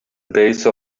base